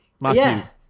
Matthew